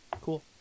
Cool